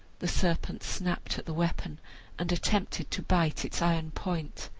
the serpent snapped at the weapon and attempted to bite its iron point.